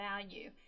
value